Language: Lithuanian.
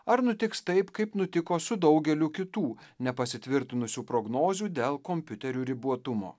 ar nutiks taip kaip nutiko su daugeliu kitų nepasitvirtinusių prognozių dėl kompiuterių ribotumo